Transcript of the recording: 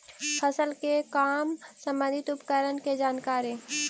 फसल के काम संबंधित उपकरण के जानकारी?